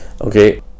okay